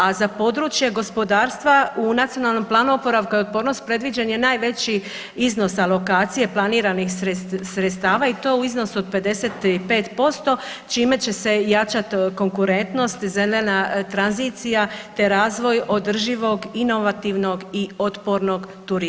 A za područje gospodarstva u Nacionalnom planu oporavka i otpornosti predviđen je najveći iznos alokacije planiranih sredstava i to u iznosu od 55% čime će se jačati konkurentnost zelena tranzicija, te razvoj održivog inovativnog i otpornog turizma.